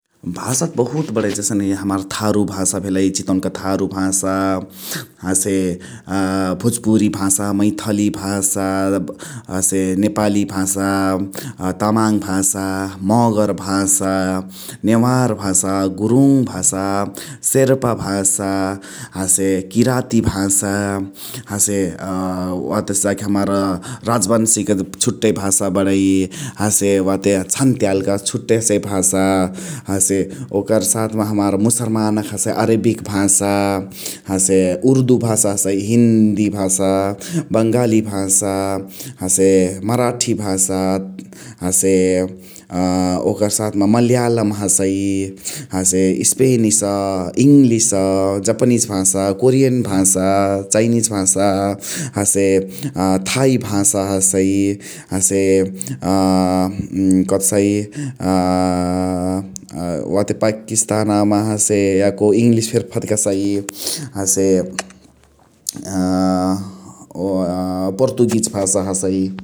भासा त बहुत बणै जसने हमार थारु भासा भेलइ चितवन क थारु भासा । हसे भोजपुर भास, मैथली भासा, हसे नेपाली भासा, अ तामाङ भासा, मगर भासा, न्यूआर भासा, गुरुङ भासा । अ सेर्पा भासा हसे किराती भासा । हसे वातसे जाके हमार राजबन्शिक छुट्टै भासा बणै । हसे वाते छन्त्याल क छुट्टै हसै भासा । हसे ओकर साथ मा हमार मुसरमान क हसै अरेबिक भासा । हसे उर्दु भासा हसै, हिन्दी भासा, बाङ्गालि भासा । हसे मराठी भासा, हसे ओकर साथमा मल्याल हसै हसे स्पेनिस्, इङ्लिश्, जापानिज भासा । कोरियान भासा, चाइनिज भासा, अ हसे थाइ भासा हसै हसे अ कथकहसाइ वाते पाकिस्तानमा याको हसे इङलिश फेरी फदकसै । हसे अ पोर्तुगिज भासा हसै ।